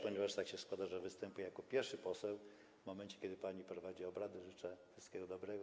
Ponieważ tak się składa, że występuję jako pierwszy poseł w momencie, kiedy pani prowadzi obrady, życzę wszystkiego dobrego.